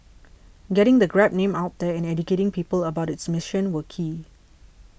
getting the Grab name out there and educating people about its mission were key